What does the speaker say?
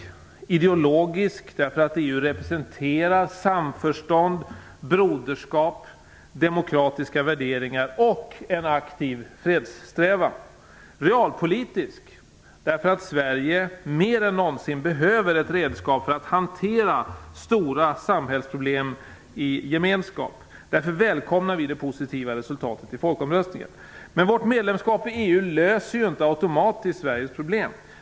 Den är ideologisk, därför att EU representerar samförstånd, broderskap, demokratiska värderingar och en aktiv fredssträvan. Den är realpolitisk, därför att Sverige mer än någonsin behöver ett redskap för att hantera stora samhällsproblem i gemenskap. Därför välkomnar vi det positiva resultatet i folkomröstningen. Men vårt medlemskap i EU löser ju inte automatiskt Sveriges problem.